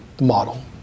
model